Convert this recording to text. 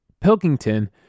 Pilkington